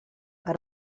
per